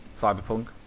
Cyberpunk